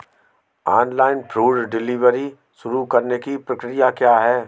Online food delivery शुरू करने की प्रक्रिया क्या है?